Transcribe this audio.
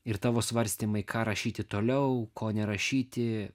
ir tavo svarstymai ką rašyti toliau ko nerašyti